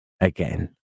again